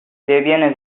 debian